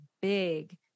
big